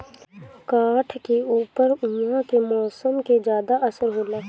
काठ के ऊपर उहाँ के मौसम के ज्यादा असर होला